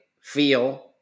feel